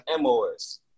MOS